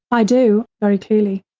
i do, very clearly.